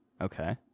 Okay